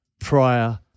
prior